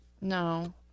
No